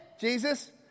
Jesus